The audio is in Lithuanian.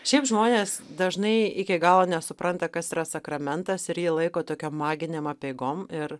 šiaip žmonės dažnai iki galo nesupranta kas yra sakramentas ir jį laiko tokiom maginėm apeigom ir